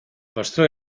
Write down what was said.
pastor